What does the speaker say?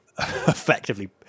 effectively